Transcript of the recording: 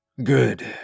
Good